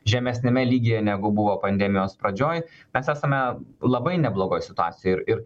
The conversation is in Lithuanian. žemesniame lygyje negu buvo pandemijos pradžioj mes esame labai neblogoj situacijoj ir ir